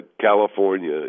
California